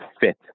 fit